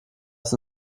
ist